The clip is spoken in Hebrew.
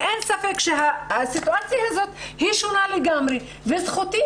אין ספק שהסיטואציה הזאת היא שונה לגמרי וזכותי